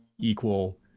equal